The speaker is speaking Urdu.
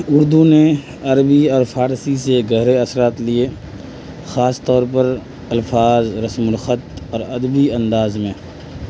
اردو نے عربی اور فارسی سے گہرے اثرات لیے خاص طور پر الفاظ رسم الخط اور ادبی انداز میں